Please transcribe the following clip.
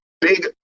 Big